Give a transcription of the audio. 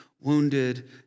wounded